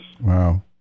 Wow